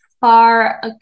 far